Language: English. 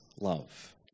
love